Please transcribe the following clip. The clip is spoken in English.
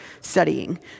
studying